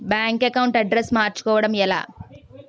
Bank account address మార్చుకోవడం ఎలా?